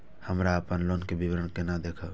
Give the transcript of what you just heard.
हमरा अपन लोन के विवरण केना देखब?